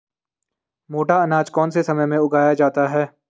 मोटा अनाज कौन से समय में उगाया जाता है?